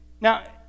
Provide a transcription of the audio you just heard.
Now